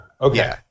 Okay